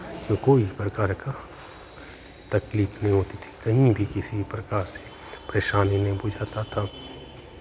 तो कोई प्रकार का तकलीफ नहीं होती थी कहीं भी किसी प्रकार से परेशानी नहीं बुझाता था